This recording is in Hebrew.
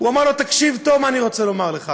הוא אמר לו: תקשיב טוב מה אני רוצה לומר לך: